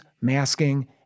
masking